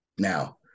Now